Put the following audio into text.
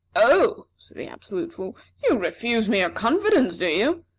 oh, said the absolute fool, you refuse me your confidence, do you?